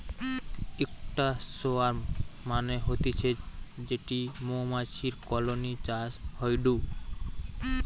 ইকটা সোয়ার্ম মানে হতিছে যেটি মৌমাছির কলোনি চাষ হয়ঢু